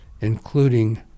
including